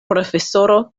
profesoro